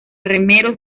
remeros